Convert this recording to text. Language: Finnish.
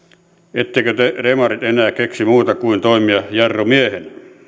ettekö te demarit enää keksi muuta kuin toimia jarrumiehenä